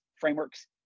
frameworks